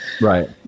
Right